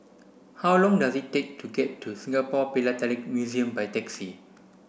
how long does it take to get to Singapore Philatelic Museum by taxi